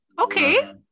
okay